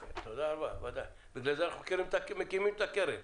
בגלל זה אנחנו מקימים את הקרן.